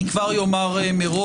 אני כבר אומר מראש,